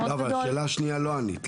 אבל על השאלה השנייה לא ענית,